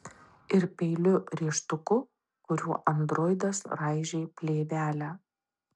ir peiliu rėžtuku kuriuo androidas raižė plėvelę